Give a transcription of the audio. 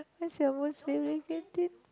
that's your most favourite canteen